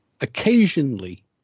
occasionally